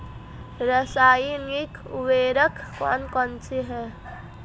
रासायनिक उर्वरक कौन कौनसे हैं?